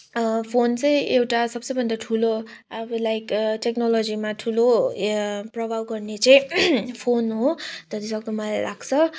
phone चाहिँ एउटा सबसे भन्दा ठुलो अब लाइक टेक्नोलोजीमा ठुलो प्रभाव गर्ने चाहिँ फोन हो जतिसक्दो मलाई लाग्छ